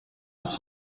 auch